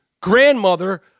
grandmother